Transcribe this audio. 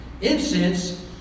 Incense